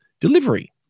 delivery